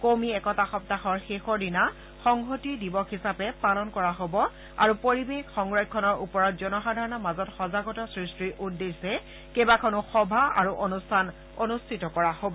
কৌমী একতা সপ্তাহৰ শেষৰ দিনা সংহতি দিৱস হিচাপে পালন কৰা হব আৰু পৰিৱেশ সংৰক্ষণৰ ওপৰত জনসাধাৰণৰ মাজত সজাগতা সৃষ্টিৰ উদ্দেশ্যে কেইবাখনো সভা আৰু অনুষ্ঠান অনুষ্ঠিত কৰা হ'ব